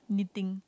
knitting